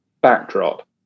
backdrop